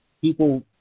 people